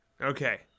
Okay